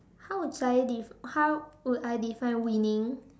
how would I def~ how would I define winning